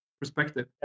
perspective